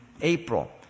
April